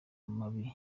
mabi